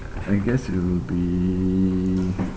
I guess it will be